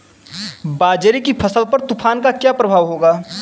बाजरे की फसल पर तूफान का क्या प्रभाव होगा?